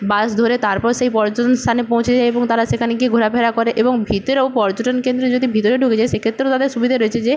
বাস ধরে তারপর সেই পর্যটন স্থানে পৌঁছে যায় এবং তারা সেখানে গিয়ে ঘোরাফেরা করে এবং ভিতরেও পর্যটন কেন্দ্রে যদি ভিতরে ঢুকে যায় সেক্ষেত্রেও তাদের সুবিধা রয়েছে যে